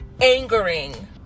angering